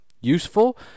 useful